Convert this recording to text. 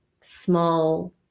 small